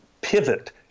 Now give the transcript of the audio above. pivot